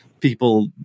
people